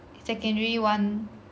secondary one